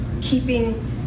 keeping